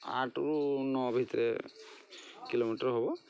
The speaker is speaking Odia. ଆଠରୁ ନଅ ଭିତରେ କିଲୋମିଟର୍ ହେବ